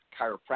chiropractic